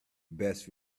best